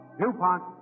DuPont